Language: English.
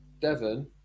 Devon